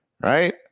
right